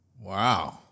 Wow